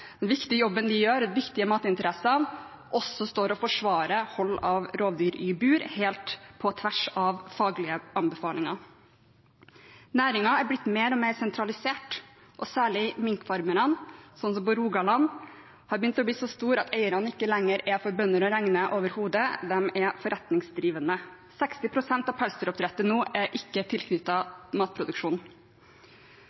også står og forsvarer hold av rovdyr i bur helt på tvers av faglige anbefalinger. Næringen er blitt mer og mer sentralisert, særlig minkfarmene, som i Rogaland har begynt å bli så store at eierne ikke lenger er for bønder å regne overhodet. De er forretningsdrivende. 60 pst. av pelsdyroppdrettet er nå ikke tilknyttet matproduksjon. Pelsdyroppdrettet, mener De Grønne, er ikke